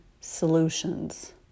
solutions